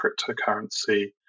cryptocurrency